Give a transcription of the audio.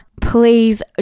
please